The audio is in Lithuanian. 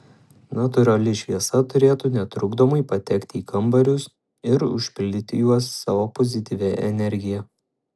natūrali šviesa turėtų netrukdomai patekti į kambarius ir užpildyti juos savo pozityvia energija